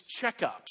checkups